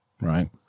right